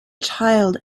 child